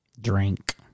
Drink